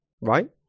right